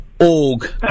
org